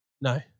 No